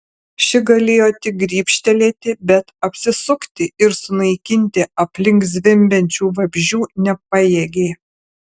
ši galėjo tik grybštelėti bet apsisukti ir sunaikinti aplink zvimbiančių vabzdžių nepajėgė